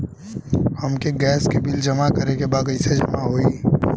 हमके गैस के बिल जमा करे के बा कैसे जमा होई?